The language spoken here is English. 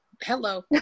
Hello